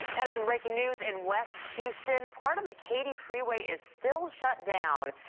and some breaking news in west houston part of the katy freeway is still shut down.